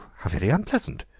how very unpleasant.